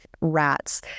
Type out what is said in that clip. rats